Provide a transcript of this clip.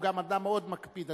הוא גם אדם מאוד מקפיד,